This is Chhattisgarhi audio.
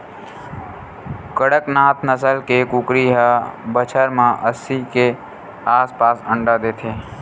कड़कनाथ नसल के कुकरी ह बछर म अस्सी के आसपास अंडा देथे